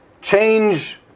change